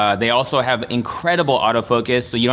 ah they also have incredible autofocus, so you.